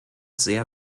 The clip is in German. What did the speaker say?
sehr